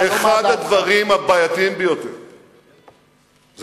אחד הדברים הבעייתיים ביותר זה,